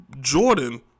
Jordan